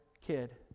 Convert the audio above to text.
kid